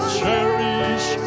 cherish